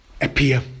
appear